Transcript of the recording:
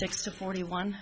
six to forty one